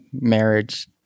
marriage